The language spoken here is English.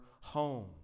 home